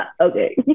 Okay